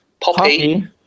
Poppy